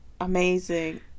amazing